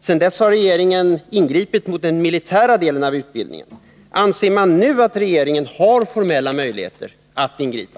Sedan dess har regeringen ingripit mot den militära delen av utbildningen. Anser man nu att regeringen har formella möjligheter att ingripa?